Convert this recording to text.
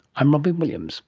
i'm robyn williams